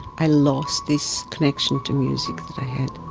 i lost this connection to music that i had,